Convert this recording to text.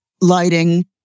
lighting